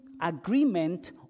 agreement